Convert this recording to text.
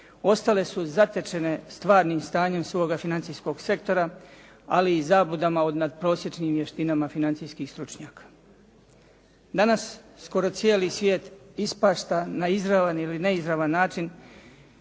ostale su zatečene stvarnim stanjem svoga financijskog sektora, ali i zabludama od nadprosječnim vještinama financijskih stručnjaka. Danas skoro cijeli svijet ispašta na izravan ili neizravan način,